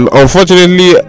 unfortunately